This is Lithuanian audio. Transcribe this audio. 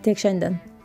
tiek šiandien